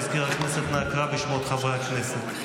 מזכיר הכנסת, אנא קרא בשמות חברי הכנסת.